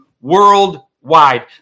worldwide